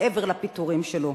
מעבר לפיטורים שלו.